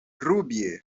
rubie